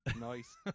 Nice